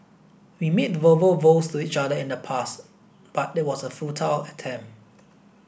we made verbal vows to each other in the past but it was a futile attempt